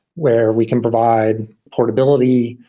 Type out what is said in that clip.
where we can provide portability,